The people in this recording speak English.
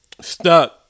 stuck